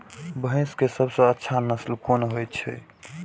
भैंस के सबसे अच्छा नस्ल कोन होय छे?